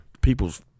people's